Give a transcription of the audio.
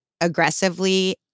aggressively